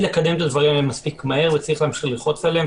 לקדם את הדברים האלה מספיק מהר וצריך ללחוץ עליהם,